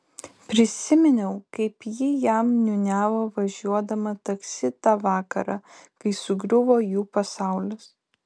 prisiminiau kaip ji jam niūniavo važiuodama taksi tą vakarą kai sugriuvo jų pasaulis